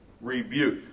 Rebuke